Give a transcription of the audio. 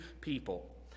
people